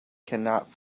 cannot